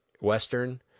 western